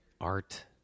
art